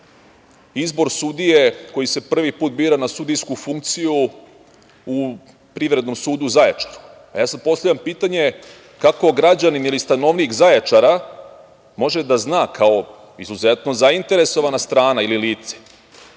izbor sudije koji se prvi put bira na sudijsku funkciju u Privrednom sudu u Zaječaru. Ja sada postavljam pitanje, kako građanin ili stanovnik Zaječara može da zna, kao izuzetno zainteresovana strana ili lice,